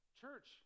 Church